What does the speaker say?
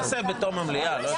תעשה בתום המליאה.